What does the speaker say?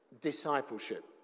discipleship